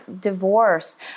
divorce